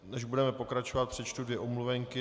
Než budeme pokračovat, přečtu dvě omluvenky.